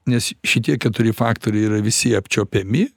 nes šitie keturi faktoriai yra visi apčiuopiami